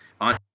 on